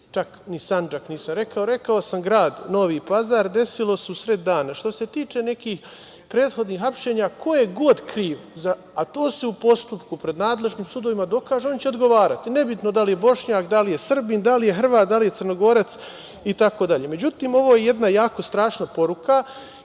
čak ni Sandžak nisam rekao. Rekao sam grad Novi Pazar, desilo se u sred dana. Što se tiče nekih prethodnih hapšenja, ko je god kriv, a to se u postupku pred nadležnim sudovima dokaže, on će odgovarati. Nebitno da li je Bošnjak, da li je Srbin, da li je Hrvat, da li je Crnogorac itd.Međutim, ovo je jedna jako strašna poruka